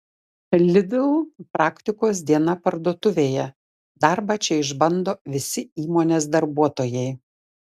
lidl praktikos diena parduotuvėje darbą čia išbando visi įmonės darbuotojai